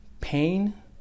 pain